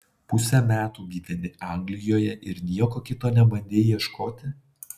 pusę metų gyveni anglijoje ir nieko kito nebandei ieškoti